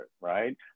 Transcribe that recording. right